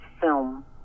film